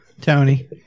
tony